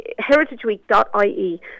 heritageweek.ie